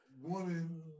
woman